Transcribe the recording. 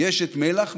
יש את מל"ח,